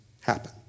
happen